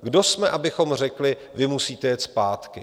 Kdo jsme, abychom řekli: Vy musíte jet zpátky?